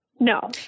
No